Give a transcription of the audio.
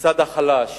כצד החלש